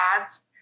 ads